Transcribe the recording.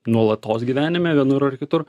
nuolatos gyvenime vienur ar kitur